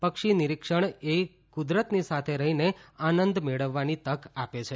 પક્ષીનિરીક્ષણ એ ક્રદરતની સાથે રહીને આનંદ મેળવવાની તક આપે છે